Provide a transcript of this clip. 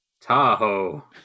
Tahoe